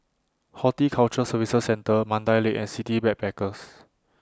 Horticulture Services Centre Mandai Lake and City Backpackers